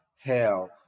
hell